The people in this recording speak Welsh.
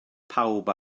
pawb